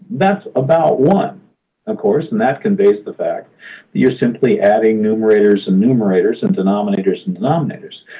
that's about one of course and that conveys the fact that you're simply adding numerators and numerators and denominators and denominators.